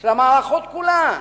של המערכות דובר: כולן.